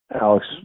Alex